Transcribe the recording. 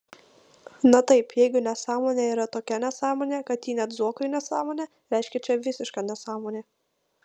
na taip jeigu nesąmonė yra tokia nesąmonė kad ji net zuokui nesąmonė reiškia čia visiška nesąmonė